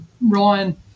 Ryan